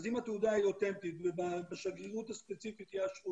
אז אם התעודה היא אותנטית ובשגרירות הספציפית יאשרו